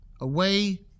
away